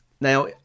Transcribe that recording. now